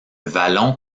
vallon